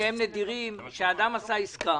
נדירים שאדם עשה עסקה